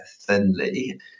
thinly